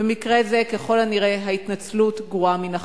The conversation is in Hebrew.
במקרה זה, ככל הנראה, ההתנצלות גרועה מן החטא.